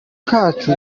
kacu